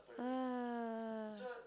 ah